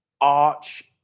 arch